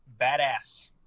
badass